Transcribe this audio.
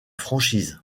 franchise